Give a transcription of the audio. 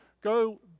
go